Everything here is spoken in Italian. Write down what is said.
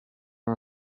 una